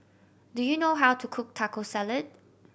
do you know how to cook Taco Salad